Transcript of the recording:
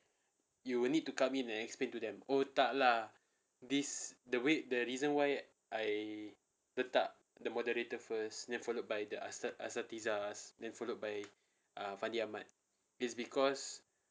you will need to come in and explain to them oh tak lah this the way the reason why I letak the moderator first then followed by the astad~ asatizah then followed by err fandi ahmad is because